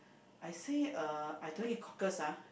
I say uh I don't eat cockles ah